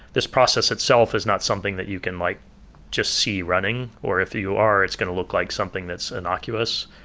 this process itself is not something that you can like just see running. or if you are, it's going to look like something that's innocuous.